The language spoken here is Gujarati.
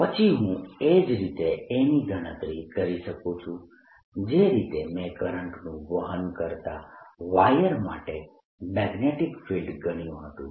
પછી હું એ જ રીતે A ની ગણતરી કરી શકું છું જે રીતે મેં કરંટનું વહન કરતા વાયર માટે મેગ્નેટીક ફિલ્ડ ગણ્યું હતું